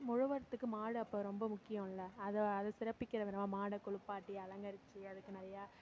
உழவுறதுக்கு மாடு அப்போ ரொம்ப முக்கியோம்ல அதை அதை சிறப்பிக்கிற விதமாக மாடை குளிப்பாட்டி அலங்கரித்து அதுக்கு நிறையா